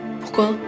Pourquoi